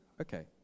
Okay